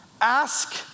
Ask